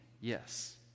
yes